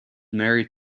married